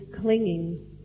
clinging